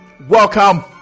welcome